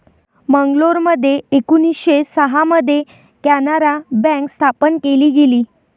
मंगलोरमध्ये एकोणीसशे सहा मध्ये कॅनारा बँक स्थापन केली गेली